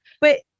But-